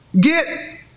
get